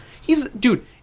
He's—dude